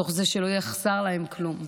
תוך זה שלא יחסר להם כלום.